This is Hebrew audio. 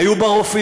היו בה רופאים,